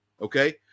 Okay